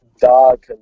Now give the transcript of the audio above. dog